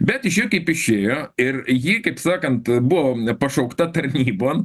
bet išėjo kaip išėjo ir ji kaip sakant buvo nepašaukta tarnybon